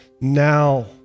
now